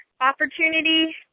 opportunity